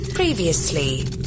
Previously